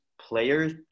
players